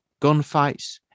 gunfights